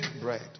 bread